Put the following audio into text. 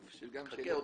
חכה.